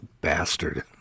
bastard